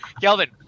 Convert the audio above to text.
Kelvin